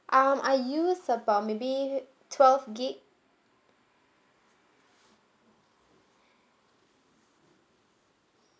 um I use about maybe twelve gigabyte